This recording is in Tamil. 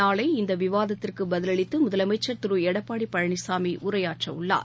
நாளை இந்தவிவாதத்திற்குபதிலளித்துமுதலமைச்சர் திருஎடப்பாடிபழனிசாமிஉரையாற்றஉள்ளார்